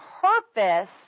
purpose